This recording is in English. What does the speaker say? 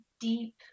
deep